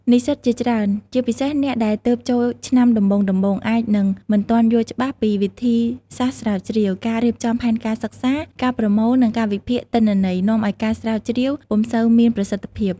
និស្សិតជាច្រើន ជាពិសេសអ្នកដែលទើបចូលឆ្នាំដំបូងៗ អាចនឹងមិនទាន់យល់ច្បាស់ពីវិធីសាស្រ្តស្រាវជ្រាវ ការរៀបចំផែនការសិក្សា ការប្រមូល និងការវិភាគទិន្នន័យ នាំឲ្យការស្រាវជ្រាវពំុសូវមានប្រសិទ្ធភាព។